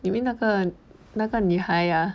you mean 那个那个女孩 ah